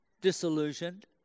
disillusioned